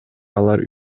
алар